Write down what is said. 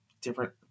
different